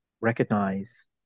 recognize